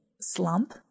slump